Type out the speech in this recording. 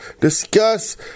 discuss